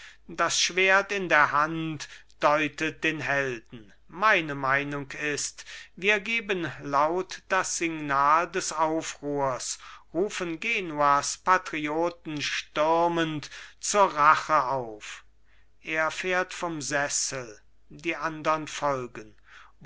das schwert in der hand deutet den helden meine meinung ist wir geben laut das signal des aufruhrs rufen genuas patrioten stürmend zur rache auf er fährt vom sessel die andern folgen